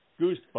goosebumps